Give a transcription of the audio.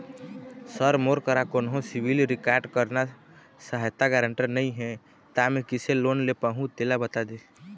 sir मोर करा कोन्हो सिविल रिकॉर्ड करना सहायता गारंटर नई हे ता मे किसे लोन ले पाहुं तेला बता दे